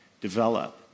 develop